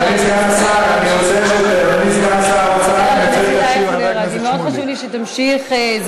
חבר הכנסת אייכלר, מאוד חשוב לי שתמשיך.